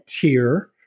tier